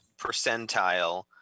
percentile